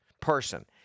person